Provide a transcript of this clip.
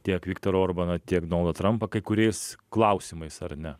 tiek viktorą orbaną tiek donaldą trampą kai kuriais klausimais ar ne